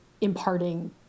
imparting